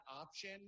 option